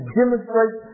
demonstrate